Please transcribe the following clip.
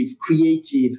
creative